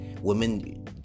Women